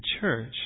church